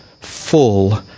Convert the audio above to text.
full